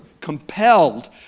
compelled